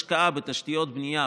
השקעה בתשתיות בנייה,